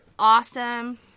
Awesome